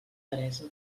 peresa